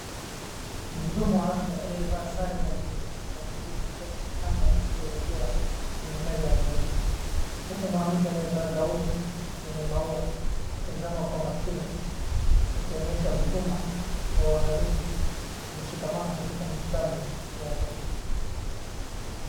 Mhudumu wa afya aliyevaa sare za buluu, anachunguza mtoto mchanga aliyelegea kwenye meza ya kliniki, huku mwanamke aliyevaa gauni yenye maua akitazama kwa makini, akionyeshwa huduma ya uangalifu na mshikamano katika matibabu ya watoto.